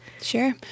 sure